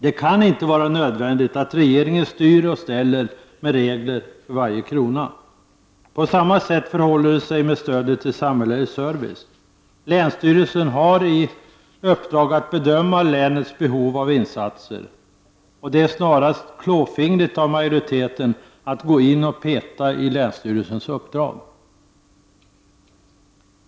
Det kan inte vara nödvändigt att regeringen styr och ställer med regler för varje krona. På samma sätt förhåller det sig med stödet till samhällelig service. Länsstyrelsen har i uppdrag att bedöma länets behov av insatser. Det är snarast klåfingrigt av majoriteten att gå in och peta i länsstyrelsens uppdrag.